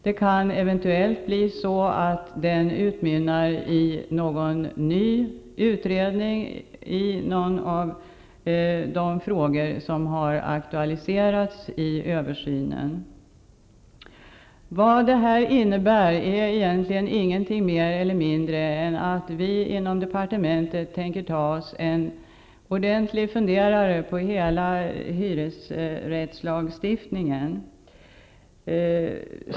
Det kan eventuellt bli så att den utmynnar i någon ny utredning om någon av de frågor som har aktualiserats i översynen. Vad detta innebär är egentligen ingenting mer eller mindre än att vi inom departementet tänker ta oss en ordentlig funderare på hela hyresrättslagstiftningen.